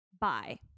bye